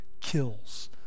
kills